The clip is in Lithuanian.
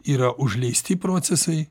yra užleisti procesai